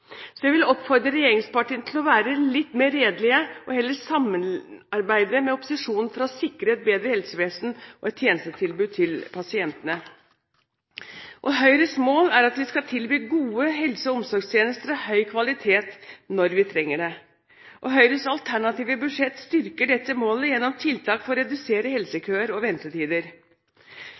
Så jeg vil oppfordre regjeringspartiene til å være litt mer redelige og heller samarbeide med opposisjonen for å sikre et bedre helsevesen og et tjenestetilbud til pasientene. Høyres mål er at vi skal tilby gode helse- og omsorgstjenester av høy kvalitet når vi trenger det. Høyres alternative budsjett styrker dette målet gjennom tiltak for å redusere helsekøer og ventetider.